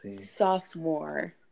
sophomore